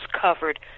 covered